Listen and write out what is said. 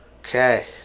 Okay